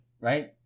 right